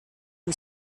who